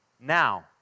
now